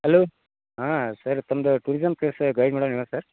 hello ಹಾಂ sir ತಮ್ಮದು tourism place guide ಮಾಡೋರು ನೀವಾ ಸರ್